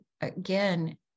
again